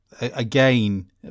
again